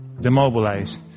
Demobilize